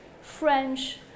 French